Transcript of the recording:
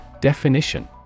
Definition